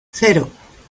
cero